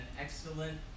excellent